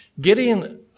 Gideon